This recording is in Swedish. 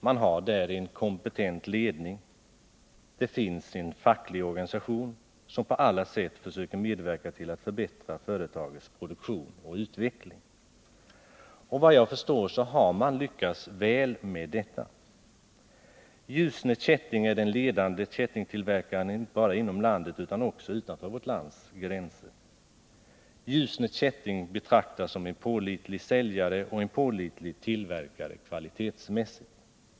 Man har en mycket kompetent ledning, och det finns en facklig organisation som på alla sätt försöker medverka till att förbättra företagets produktion och utveckling. Vad jag förstår har man lyckats väl med detta. Ljusne Kätting är den ledande kättingtillverkaren inte bara inom landet utan också utanför vårt lands gränser. Ljusne Kätting betraktas som en pålitlig säljare och en pålitlig tillverkare kvalitetsmässigt.